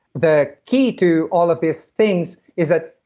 the key to all of these things is that,